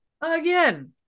Again